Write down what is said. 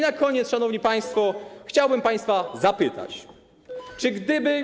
Na koniec, szanowni państwo, chciałbym państwa zapytać, czy gdyby